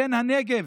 בן הנגב,